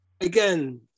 again